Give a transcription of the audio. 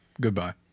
Goodbye